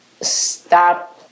stop